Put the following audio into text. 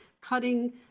cutting